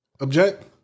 Object